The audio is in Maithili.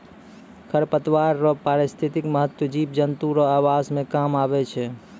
खरपतवार रो पारिस्थितिक महत्व जिव जन्तु रो आवास मे काम आबै छै